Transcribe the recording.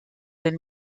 del